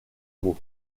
mot